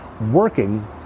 working